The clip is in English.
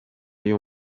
your